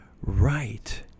Right